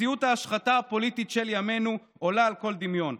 מציאות ההשחתה הפוליטית של ימינו עולה על כל דמיון".